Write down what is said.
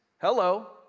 Hello